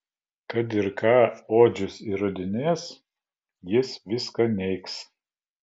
kad ir ką odžius įrodinės jis viską neigs